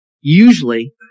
Usually